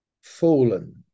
fallen